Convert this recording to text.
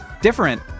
different